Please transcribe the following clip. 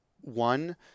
one